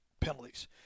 penalties